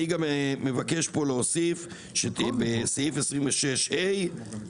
אני גם מבקש פה להוסיף שבסעיף 26ה(ב)(1)(ה)